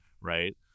Right